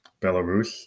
Belarus